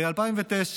ב-2009